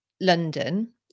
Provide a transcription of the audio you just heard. London